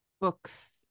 books